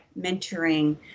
mentoring